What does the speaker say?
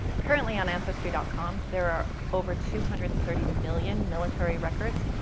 currently on ancestry dot com there are over two hundred and thirty million military records.